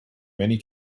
many